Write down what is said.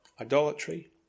idolatry